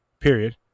period